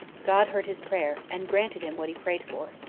god heard his prayer, and granted him what he prayed for.